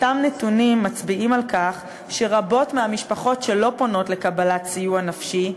אותם נתונים מצביעים על כך שרבות מהמשפחות שלא פונות לקבלת סיוע נפשי,